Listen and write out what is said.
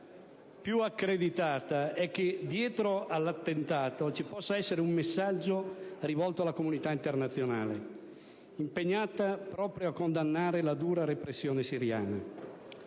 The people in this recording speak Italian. più accreditata è che dietro all'attentato ci possa essere un messaggio rivolto alla comunità internazionale, impegnata proprio a condannare la dura repressione siriana.